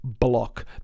block